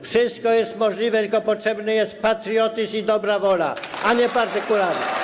Wszystko jest możliwe, tylko potrzebny jest patriotyzm i dobra wola, a nie partykularyzm.